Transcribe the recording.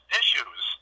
issues